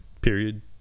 period